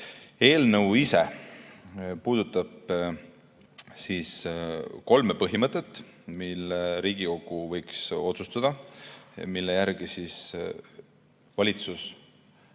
Eelnõu ise puudutab kolme põhimõtet, mille Riigikogu võiks otsustada ja millest valitsus